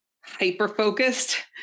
hyper-focused